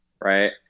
Right